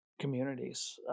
communities